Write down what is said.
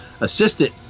assistant